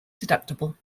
deductible